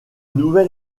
nouvel